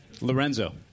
Lorenzo